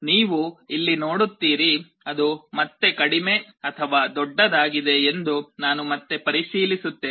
ನೀವು ಇಲ್ಲಿ ನೋಡುತ್ತೀರಿ ಅದು ಮತ್ತೆ ಕಡಿಮೆ ಅಥವಾ ದೊಡ್ಡದಾಗಿದೆ ಎಂದು ನಾನು ಮತ್ತೆ ಪರಿಶೀಲಿಸುತ್ತೇನೆ